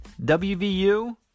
WVU